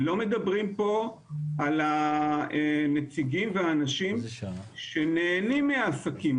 לא מדברים פה על הנציגים והאנשים שנהנים מהעסקים.